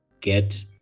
get